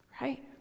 right